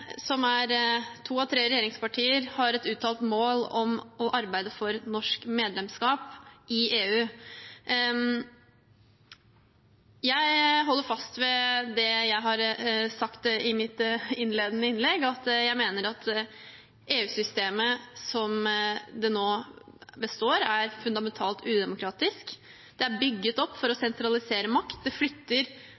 som er to av tre regjeringspartier, har et uttalt mål om å arbeide for norsk medlemskap i EU. Jeg holder fast ved det jeg har sagt i mitt innledende innlegg: Jeg mener at EU-systemet slik det nå framstår, er fundamentalt udemokratisk. Det er bygget opp for å